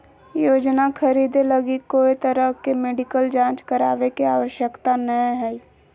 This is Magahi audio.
योजना खरीदे लगी कोय तरह के मेडिकल जांच करावे के आवश्यकता नयय हइ